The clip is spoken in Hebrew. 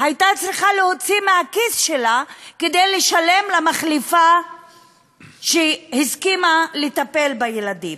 הייתה צריכה להוציא מהכיס שלה כדי לשלם למחליפה שהסכימה לטפל בילדים.